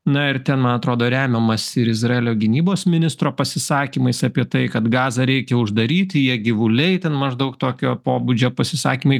na ir ten man atrodo remiamasi ir izraelio gynybos ministro pasisakymais apie tai kad gazą reikia uždaryti jie gyvuliai ten maždaug tokio pobūdžio pasisakymai